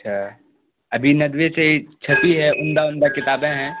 اچھا ابھی ندوہ سے ہی چھپی ہے عمدہ عمدہ کتابیں ہیں